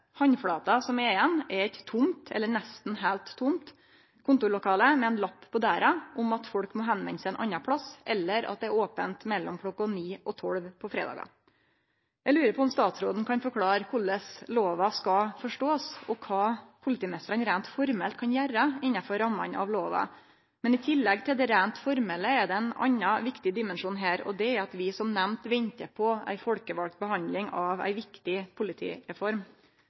Handflata som er igjen, er eit tomt eller nesten heilt tomt kontorlokale med ein lapp på døra om at folk må ta kontakt ein annan plass, eller at det er ope berre mellom kl. 9 og 12 på fredagar. Eg lurer på om statsråden kan forklare korleis ein skal forstå lova, og kva politimesterne reint formelt kan gjere innafor rammene av lova. I tillegg til det reint formelle er det ein annen viktig dimensjon her, og det er at vi som nemnt ventar på ei folkevald handsaming av ei viktig politireform.